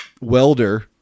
welder